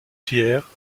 pierre